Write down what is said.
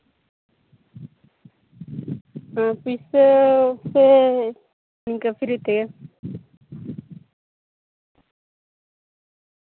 ᱦᱩᱸ ᱯᱩᱭᱥᱟᱹ ᱥᱮ ᱤᱝᱠᱟ ᱯᱷᱨᱤ ᱛᱮ